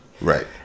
right